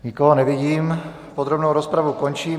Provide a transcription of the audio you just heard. Nikoho nevidím, podrobnou rozpravu končím.